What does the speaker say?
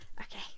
okay